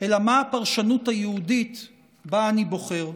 אלא מה הפרשנות היהודית שבה אני בוחר.